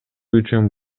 үчүн